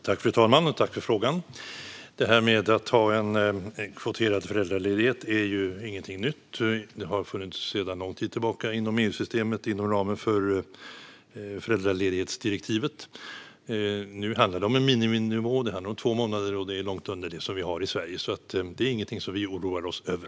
Fru talman! Kvoterad föräldraledighet är ingenting nytt. Det har sedan lång tid tillbaka funnits inom EU-systemet, inom ramen för föräldraledighetsdirektivet. Nu handlar det om en miniminivå; det handlar om två månader. Det är långt under det vi har i Sverige. Därför är det ingenting som vi oroar oss över.